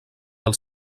del